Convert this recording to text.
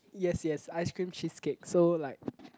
yes yes ice cream cheese cake so like